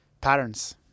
patterns